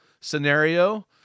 scenario